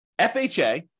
FHA